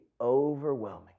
overwhelming